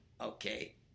okay